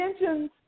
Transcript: intentions